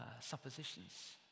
suppositions